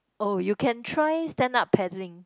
oh you can try stand up paddling